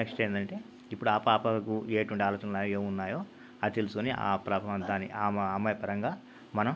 next ఏందంటే ఇప్పుడు ఆ పాపకు ఎటువంటి ఆలోచనలు ఉన్నాయి ఏమున్నాయో తెలుసుకొని అది ఆ ప్రభావం దాని ఆమ ఆ అమ్మాయిపరంగా మనం